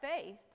faith